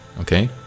okay